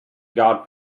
god